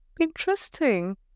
Interesting